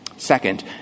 Second